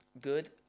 good